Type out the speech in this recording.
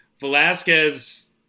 velasquez